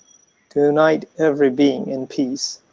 to unite every being in peace,